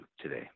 today